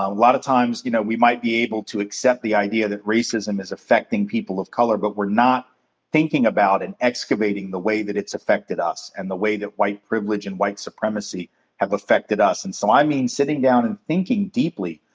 a lotta times, you know, we might be able to accept that racism is affecting people of color, but we're not thinking about and excavating the way that it's affected us, and the way that white privilege and white supremacy have affected us. and so i mean sitting down and thinking deeply,